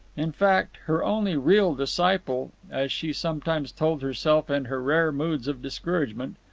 in fact, her only real disciple, as she sometimes told herself in her rare moods of discouragement,